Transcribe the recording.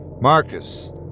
Marcus